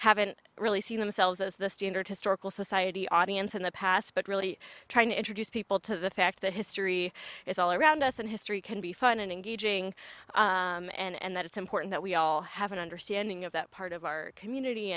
haven't really seen themselves as the standard historical society audience in the past but really trying to introduce people to the fact that history is all around us and history can be fun and engaging and that it's important that we all have an understanding of that part of our community